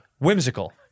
Whimsical